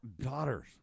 daughters